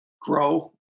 grow